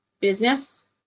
business